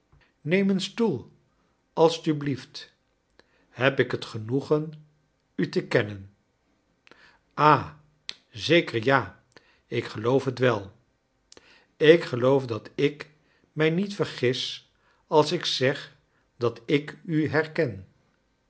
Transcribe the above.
neem een stoel alstublieft heb ik het genoegen u te kennen ah zeker ja ik geloof het well tk geloof dat ik mij niet vergis als ik zeg dat ik u herken